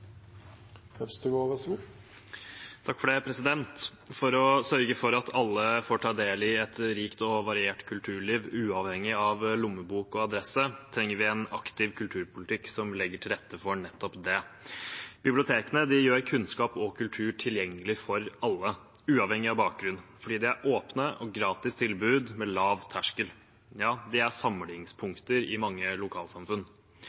For å sørge for at alle får ta del i et rikt og variert kulturliv, uavhengig av lommebok og adresse, trenger vi en aktiv kulturpolitikk som legger til rette for nettopp det. Bibliotekene gjør kunnskap og kultur tilgjengelig for alle, uavhengig av bakgrunn, fordi de er åpne og gratis tilbud med lav terskel. De er